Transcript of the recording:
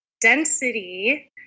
density